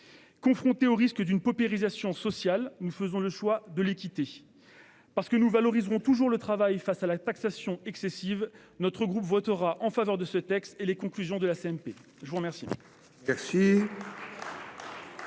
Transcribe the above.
Confrontés au risque d'une paupérisation sociale, nous faisons le choix de l'équité. Parce que nous valoriserons toujours le travail par rapport à la taxation excessive, notre groupe votera en faveur de ce texte et des conclusions de la commission mixte